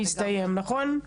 הסתיים נכון?